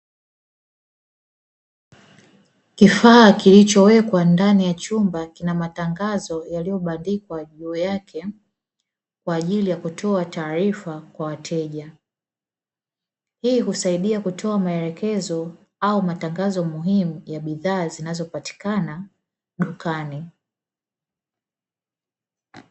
Kifaa kilichowekwa ndani ya chumba kina matangazo yaliyo bandikwa juu yake kwa ajili ya kutoa taarifa kwa wateja, hii husaidia kutoa maelekezo au matangazo muhimu ya bidhaa zinazopatikana dukani.